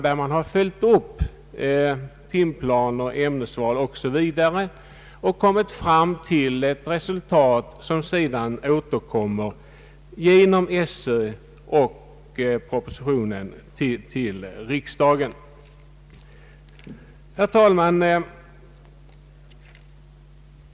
Man har där följt upp timplaner, ämnesval osv. och kommit fram till ett resultat som sedan genom Sö och propositionen återkommer till riksdagen. Herr talman!